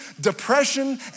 depression